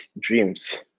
dreams